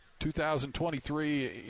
2023